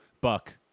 buck